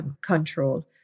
control